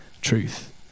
truth